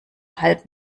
halb